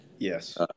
Yes